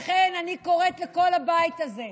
לכן אני קוראת לכל הבית הזה: